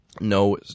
no